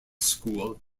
school